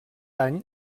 any